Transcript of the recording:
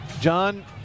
John